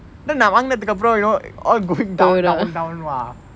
then நா வாங்குனதக்கு அப்பிரம்:naa vaangunathakku approm you know all going down down down !wah!